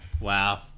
Wow